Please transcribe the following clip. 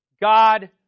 God